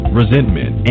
resentment